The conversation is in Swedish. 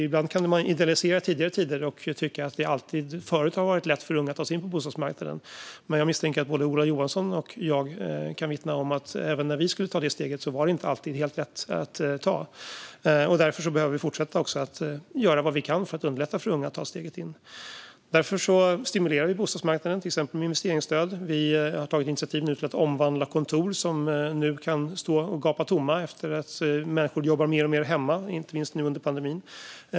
Ibland kan man idealisera tidigare tider och tycka att det alltid förut har varit lätt för unga att ta sig in på bostadsmarknaden. Men jag misstänker att både Ola Johansson och jag kan vittna om att även när vi skulle ta det steget var det inte alltid helt lätt. Vi behöver fortsätta att göra vad vi kan för att underlätta för unga att ta steget in på bostadsmarknaden. Därför stimulerar vi bostadsmarknaden, till exempel med investeringsstöd. Vi har nu tagit initiativ till att omvandla kontor till bostäder - kontor som står och gapar tomma eftersom människor jobbar mer och mer hemma, inte minst nu under pandemin.